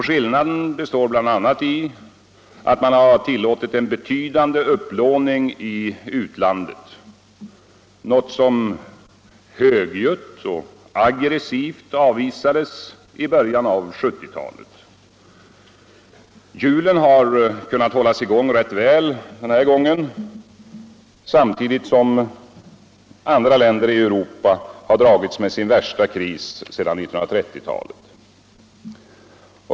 Skillnaden består bl.a. i att man tillåtit en betydande upplåning i utlandet, något som högljutt och aggressivt avvisades i början av 1970-talet. Hjulen har kunnat hållas i gång rätt väl denna gång, samtidigt som andra länder i Europa har dragits med sin värsta kris sedan 1930-talet.